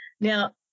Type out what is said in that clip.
Now